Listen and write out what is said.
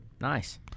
nice